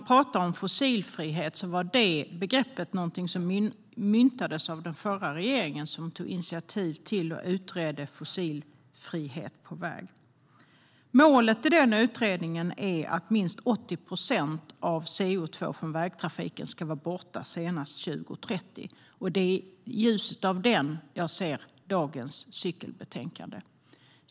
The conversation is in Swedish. Fossilfrihet var ett begrepp som myntades av den förra regeringen som tog initiativ till att utreda en fossilfrihet på väg. Målet i den utredningen var att minst 80 procent av CO2 ska vara borta senast 2030. Det är i ljuset av den som jag ser dagens cykelbetänkande.